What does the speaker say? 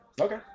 Okay